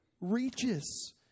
reaches